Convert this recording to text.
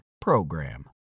PROGRAM